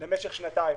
למשך שנתיים.